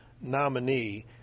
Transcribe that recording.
nominee